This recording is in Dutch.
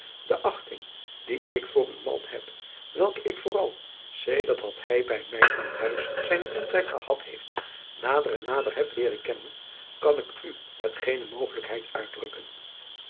e achting die ik voor uw man driaan oosjes zn et leven van aurits ijnslager heb welken ik vooral sedert dat hij bij mij aan huis zijnen intrek gehad heeft nader en nader heb leeren kennen kan ik u met geene mogelijkheid uitdrukken